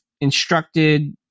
instructed